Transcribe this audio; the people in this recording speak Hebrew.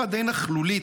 די נכלולית,